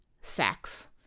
sex